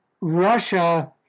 Russia